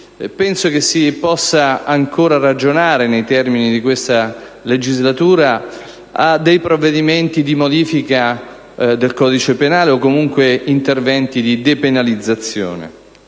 penso che si possa ancora ragionare, nei termini di questa legislatura, su dei provvedimenti di modifica del codice penale, o comunque su interventi di depenalizzazione.